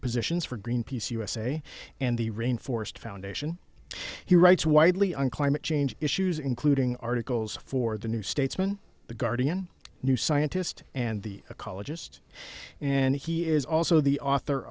positions for greenpeace usa and the rain forest foundation he writes widely on climate change issues including articles for the new statesman the guardian new scientist and the ecologist and he is also the author